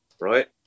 right